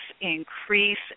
increase